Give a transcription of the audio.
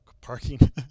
parking